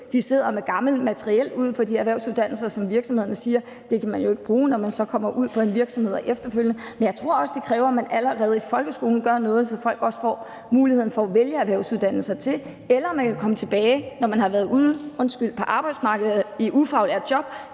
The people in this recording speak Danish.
med gammelt materiel, som virksomhederne siger man jo ikke kan bruge, når man efterfølgende kommer ud på en virksomhed. Men jeg tror også, det kræver, at der allerede i folkeskolen gøres noget, så folk også får muligheden for at vælge erhvervsuddannelser til, eller at man kan komme der, når man har været ude på arbejdsmarkedet i ufaglært job,